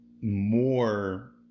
more